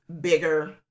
bigger